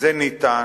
זה ניתן,